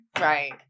Right